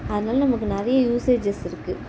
அதனால நமக்கு நிறைய யூசேஜஸ் இருக்குது